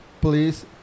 please